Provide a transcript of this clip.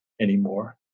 anymore